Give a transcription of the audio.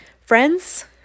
friends